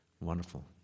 Wonderful